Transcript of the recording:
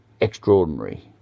extraordinary